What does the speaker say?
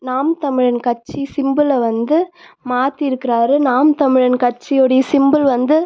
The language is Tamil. நாம் தமிழன் கட்சி சிம்பள வந்து மாற்றி இருக்கிறாரு நாம் தமிழன் கட்சியுடைய சிம்புள் வந்து